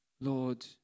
Lord